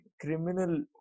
criminal